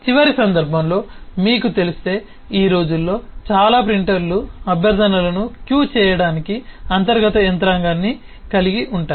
చివరి సందర్భంలో మీకు తెలిస్తే ఈ రోజుల్లో చాలా ప్రింటర్లు అభ్యర్థనలను క్యూ చేయడానికి అంతర్గత యంత్రాంగాన్ని కలిగి ఉంటాయి